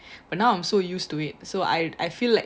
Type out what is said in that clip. but now I'm so used to it so I I feel like